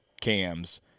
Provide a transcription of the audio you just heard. cams